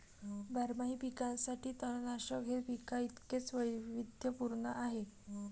बारमाही पिकांसाठी तणनाशक हे पिकांइतकेच वैविध्यपूर्ण आहे